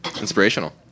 Inspirational